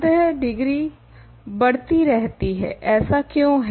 अतः डिग्री बढती रहती है ऐसा क्यूँ है